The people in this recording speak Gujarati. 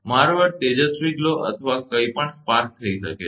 મારો અર્થ તેજસ્વી ગ્લો અથવા કંઈપણ સ્પાર્ક થઈ શકે છે